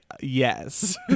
yes